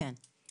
שלום.